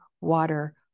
water